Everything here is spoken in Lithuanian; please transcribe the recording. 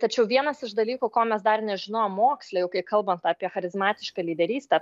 tačiau vienas iš dalykų ko mes dar nežinojom moksle jau kai kalbant apie charizmatišką lyderystę